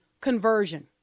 conversion